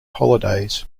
holidays